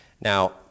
Now